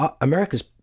america's